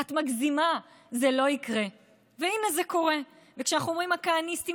להיות מוכווני מטרה לשמור על הכיס של אזרחי ישראל,